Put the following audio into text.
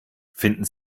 finden